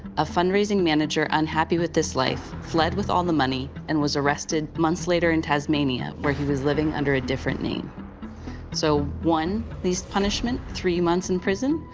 a fundraising manager unhappy with this life fled with all the money and was arrested months later in tasmania where he was living under a different name so one, his punishment three months in prison,